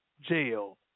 jail